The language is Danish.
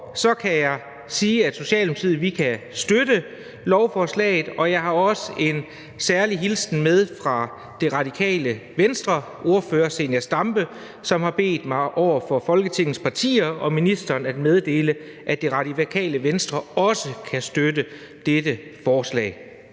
ord kan jeg sige, at vi i Socialdemokratiet kan støtte lovforslaget. Og jeg har også en særlig hilsen med fra Det Radikale Venstres ordfører, Zenia Stampe, som har bedt mig over for Folketingets partier og ministeren at meddele, at Det Radikale Venstre også kan støtte dette forslag.